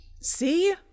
See